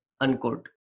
Unquote